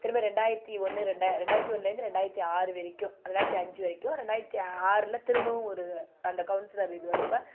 திரும்ப ரெண்டாயிரத்தி ஒன்று ரெண்டாயிரத்தி ஒன்றுலேருந்து ரெண்டாயிரத்தி ஆறு வரைக்கும் ரெண்டாயிரத்தி அஞ்சு வரைக்கும் ரெண்டாயிரத்தி ஆறில் திரும்பவும் ஒரு அந்த கவுன்சிலர் இது வர்றப்ப